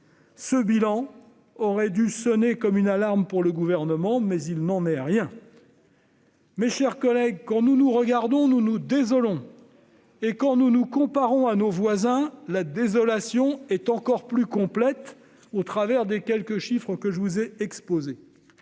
Ce bilan aurait dû sonner comme une alarme pour le Gouvernement, mais il n'en est rien. Mes chers collègues, quand nous regardons la situation, nous nous désolons, et quand nous nous comparons avec nos voisins, la désolation est encore plus complète, à la lumière des quelques chiffres que je viens d'exposer.